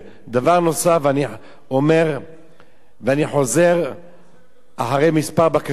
דבר נוסף, אני חוזר ואומר, אחרי כמה בקשות,